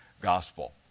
gospel